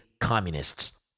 communists